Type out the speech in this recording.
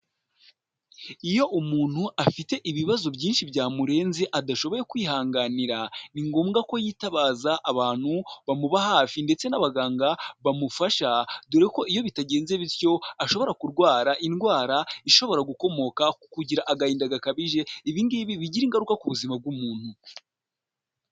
Iyo umuntu afite ibibazo byinshi byamurenze adashoboye kwihanganira ni ngombwa ko yitabaza abantu bamuba hafi ndetse n'abaganga bamufasha, dore ko iyo bitagenze bityo ashobora kurwara indwara ishobora gukomoka ku kugira agahinda gakabije, ibi ngibi bigira ingaruka ku buzima bw'umuntu.